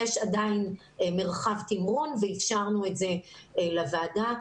עדיין יש מרחב תמרון ואפשרנו את זה לוועדה.